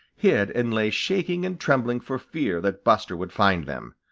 hid and lay shaking and trembling for fear that buster would find them.